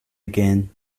again